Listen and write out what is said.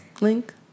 link